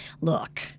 Look